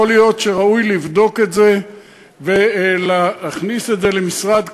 יכול להיות שראוי לבדוק את זה ולהכניס את זה למשרד קבוע,